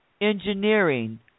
engineering